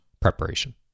preparation